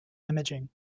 imaging